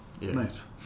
Nice